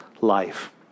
life